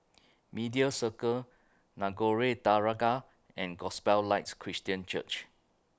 Media Circle Nagore Dargah and Gospel Lights Christian Church